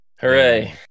Hooray